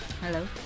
Hello